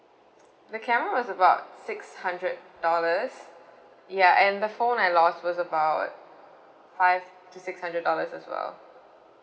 the camera was about six hundred dollars ya and the phone I lost was about five to six hundred dollars as well